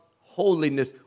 holiness